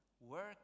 work